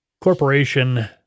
Corporation